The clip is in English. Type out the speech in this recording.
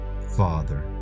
Father